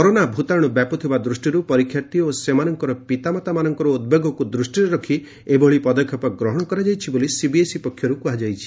corona ଭୂତାଣୁ ବ୍ୟାପୁଥିବା ଦୃଷ୍ଟିରୁ ପରିକ୍ଷାର୍ଥୀ ଓ ସେମାନଙ୍କର ପିତାମାତାମାନଙ୍କର ଉଦ୍ବେଗକୁ ଦୃଷ୍ଟିରେ ରଖି ଏଭଳି ପଦକ୍ଷେପ ଗ୍ରହଣ କରାଯାଇଛି ବୋଲି ସିବିଏସ୍ଇ କହିଛି